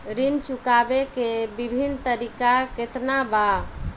ऋण चुकावे के विभिन्न तरीका केतना बा?